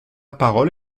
parole